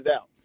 out